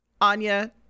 Anya